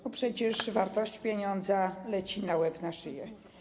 Bo przecież wartość pieniądza leci na łeb, na szyję.